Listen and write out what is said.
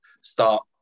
start